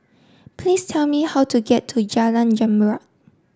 please tell me how to get to Jalan Zamrud